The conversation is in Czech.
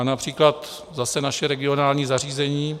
Například zase naše regionální zařízení